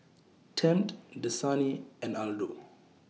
Tempt Dasani and Aldo